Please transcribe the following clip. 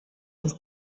votre